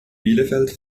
bielefeld